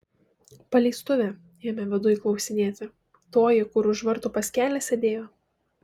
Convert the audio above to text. paleistuvė ėmė viduj klausinėti toji kur už vartų pas kelią sėdėjo